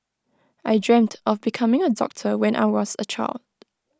I dreamt of becoming A doctor when I was A child